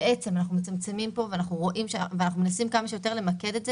בעצם אנחנו מצמצמים פה ואנחנו מנסים למקד את זה